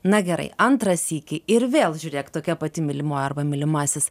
na gerai antrą sykį ir vėl žiūrėk tokia pati mylimoji arba mylimasis